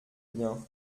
bien